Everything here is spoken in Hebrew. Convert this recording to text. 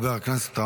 תודה רבה.